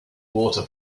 water